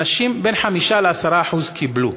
אנשים, בין 5% ל-10% קיבלו.